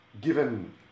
given